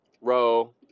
row